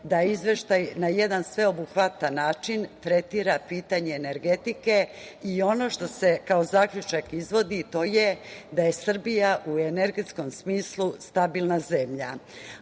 da izveštaj na jedan sveobuhvatan način tretira pitanje energetike i ono što se kao zaključak izvodi, to je da je Srbija u energetskom smislu stabilna zemlja.